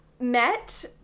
met